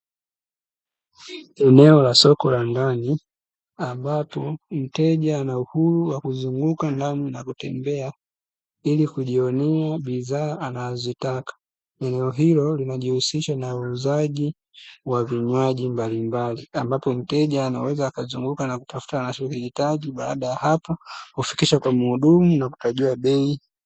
Eneo la soko la ndani ambapo mteja ana uhuru wa kuzunguka ndani na kutembea ili kujionea bidhaa anazozitaka. Eneo hilo linajihusisha na uuzaji wa vinywaji mbalimbali, ambapo mteja anaweza akazunguka na kutafuta anachokihitaji baada ya hapo hufikisha kwa muhudumu na kutajiwa bei.